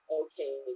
okay